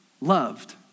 loved